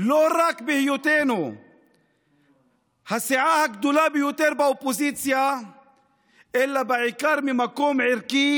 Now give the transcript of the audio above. לא רק בהיותנו הסיעה הגדולה ביותר באופוזיציה אלא בעיקר ממקום ערכי,